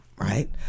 right